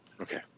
Okay